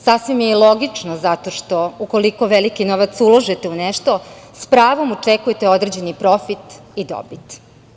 Sasvim je logično zato što, ukoliko veliki novac uložite u nešto, s pravom očekujete određeni profit i dobit.